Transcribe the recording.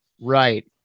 right